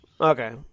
Okay